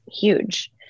huge